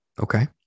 Okay